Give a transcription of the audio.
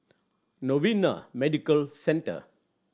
Novena Medical Centre